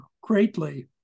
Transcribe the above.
greatly